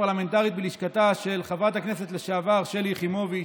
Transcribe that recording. פרלמנטרית בלשכתה של חברת הכנסת לשעבר שלי יחימוביץ'.